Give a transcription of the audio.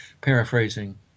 paraphrasing